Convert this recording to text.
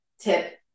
tip